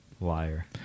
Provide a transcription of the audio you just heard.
Liar